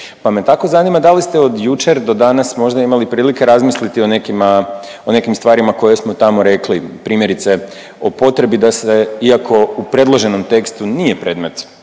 pa me tako zanima da li ste od jučer do danas možda imali prilike razmisliti o nekima, o nekim stvarima koje smo tamo rekli, primjerice o potrebi da se iako u predloženom tekstu nije predmet